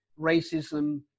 racism